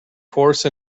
horse